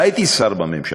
הייתי שר בממשלה,